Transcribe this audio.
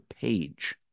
page